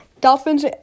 Dolphins